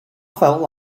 felt